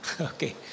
okay